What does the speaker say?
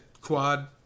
quad